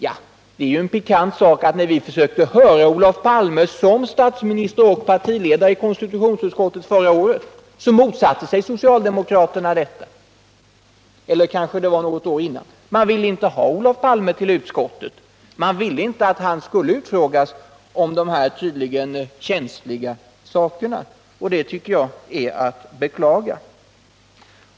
Ja, det är ju en pikant sak att när vi försökte höra Olof Palme som statsminister och partiledare i konstitutionsutskottet för ett eller ett par år sedan, så motsatte sig socialdemokraterna detta. De ville inte ha Olof Palme till utskottet. Man ville inte att han skulle utfrågas om dessa tydligen känsliga saker, och det tycker jag är att beklaga.